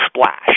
splash